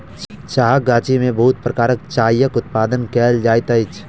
चाहक गाछी में बहुत प्रकारक चायक उत्पादन कयल जाइत अछि